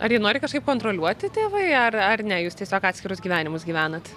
ar jie nori kažkaip kontroliuoti tėvai ar ar ne jūs tiesiog atskirus gyvenimus gyvenat